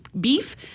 beef